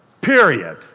period